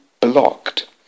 blocked